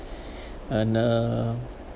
and uh